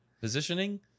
positioning